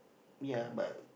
ya but